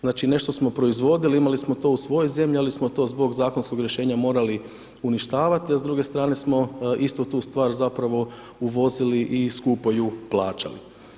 Znači nešto smo proizvodili, imali smo to u svojoj zemlji ali smo to zbog zakonskog rješenja morali uništavati a s druge strane smo istu tu stvar zapravo uvozili i skupo ju plaćali.